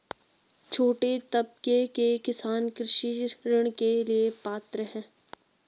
छोटे तबके के किसान कृषि ऋण के लिए पात्र हैं?